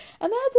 imagine